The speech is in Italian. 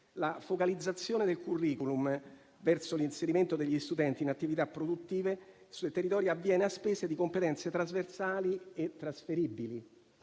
La focalizzazione del *curriculum* verso l'inserimento degli studenti in attività produttive sul territorio avviene a spese di competenze trasversali e trasferibili.